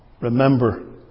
remember